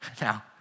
now